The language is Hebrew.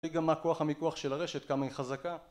להגיד גם מה כוח המיקוח של הרשת כמה היא חזקה